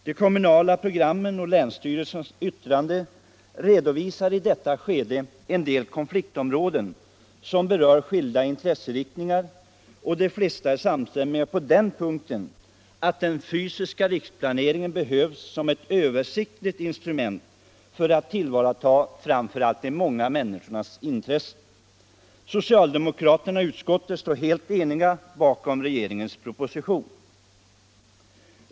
De kommunala programmen och länsstyrelsernas yttranden redovisar i detta skede en del konfliktområden som berör skilda intresseinriktningar, och de flesta är samstämmiga på den punkten att den fysiska riksplanen behövs som ett översiktligt instrument för att tillvarata framför allt de många människornas intressen. Socialdemokraterna i utskottet står helt eniga bakom regeringens proposition.